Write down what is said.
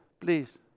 please